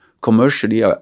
commercially